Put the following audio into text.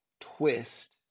twist